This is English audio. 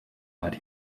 but